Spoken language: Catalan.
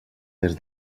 des